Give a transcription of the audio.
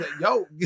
yo